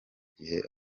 gihe